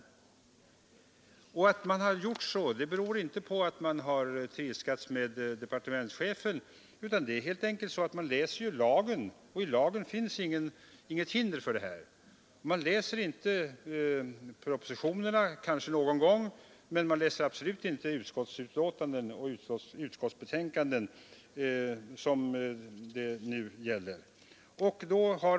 Att man har gjort så beror inte på att man velat trilskas med departementschefen, utan man har läst lagen och där finns inget sådant hinder. Man läser kanske någon gång propositionerna men absolut inte utskottsbetänkanden, som det nu gäller.